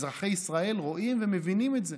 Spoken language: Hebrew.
אזרחי ישראל רואים ומבינים את זה.